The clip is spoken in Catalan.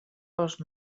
pels